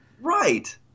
Right